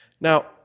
Now